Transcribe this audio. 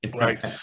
right